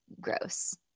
gross